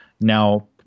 now